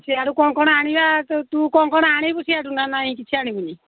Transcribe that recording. ସିଆଡ଼ୁ କ'ଣ କ'ଣ ଆଣିବା ତୁ କ'ଣ କ'ଣ ଆଣିବୁ ସିଆଡ଼ୁ ନା ନାଇଁ କିଛି ଆଣିବୁନି